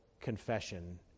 confession